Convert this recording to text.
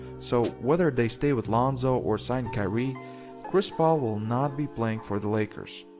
so whether they stay with lonzo or sign kyrie chris paul will not be playing for the lakers.